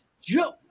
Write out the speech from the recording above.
Joe